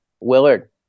Willard